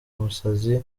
umusazi